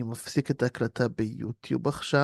אני מפסיק את ההקלטה ביוטיוב עכשיו.